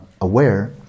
aware